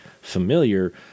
familiar